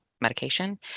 medication